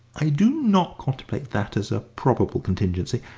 i do not contemplate that as a probable contingency.